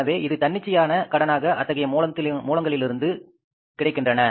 எனவே இது தன்னிச்சையான கடனாக அத்தகைய மூலங்களிலிருந்து கிடைக்கின்றன